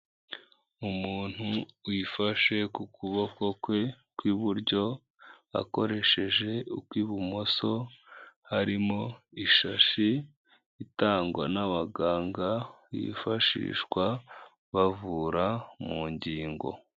Umuntu wifashe ku kuboko kwe kw'iburyo akoresheje ukw'ibumoso harimo ishashi itangwa n'abaganga yifashishwa bavura mu ngingo.